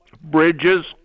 bridges